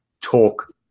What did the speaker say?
talk